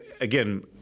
again